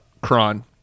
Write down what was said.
Kron